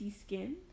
Skin